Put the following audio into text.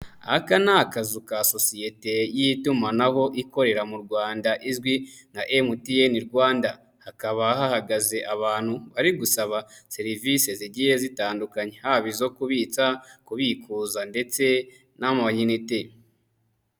Aka ni akazu ka sosiyete y'itumanaho ikorera mu Rwanda izwi nka MTN Rwanda, hakaba hahagaze abantu bari gusaba serivisi zigiye zitandukanye haba izo kubitsa, kubikuza ndetse n'amayinite.